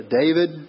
David